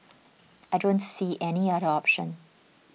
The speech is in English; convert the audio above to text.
I don't see any other option